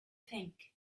think